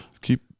keep